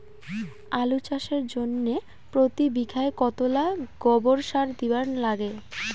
আলু চাষের জইন্যে প্রতি বিঘায় কতোলা গোবর সার দিবার লাগে?